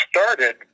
started